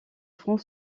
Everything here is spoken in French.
franc